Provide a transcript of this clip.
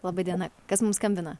laba diena kas mum skambina